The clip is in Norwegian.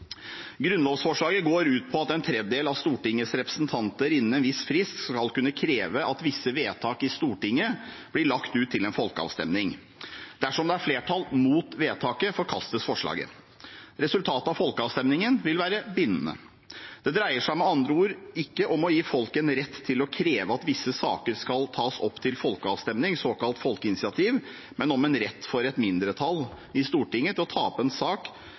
Grunnlovsforslaget går ut på at en tredjedel av Stortingets representanter innen en viss frist skal kunne kreve at visse vedtak i Stortinget blir lagt ut til en folkeavstemning. Dersom det er flertall mot vedtaket, forkastes forslaget. Resultatet av folkeavstemningen vil være bindende. Det dreier seg med andre ord ikke om å gi folket en rett til å kreve at visse saker skal tas opp til folkeavstemning, såkalt folkeinitiativ, men om en rett for et mindretall i Stortinget til å ta opp som sak